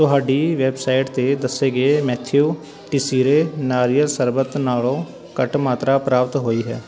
ਤੁਹਾਡੀ ਵੈੱਬਸਾਈਟ 'ਤੇ ਦੱਸੇ ਗਏ ਮੈਥਿਊ ਟੀਸੀਰੇ ਨਾਰੀਅਲ ਸ਼ਰਬਤ ਨਾਲੋਂ ਘੱਟ ਮਾਤਰਾ ਪ੍ਰਾਪਤ ਹੋਈ ਹੈ